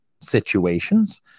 situations